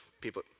people